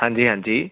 ਹਾਂਜੀ ਹਾਂਜੀ